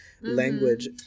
language